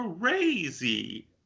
crazy